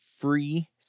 free